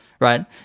right